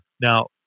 Now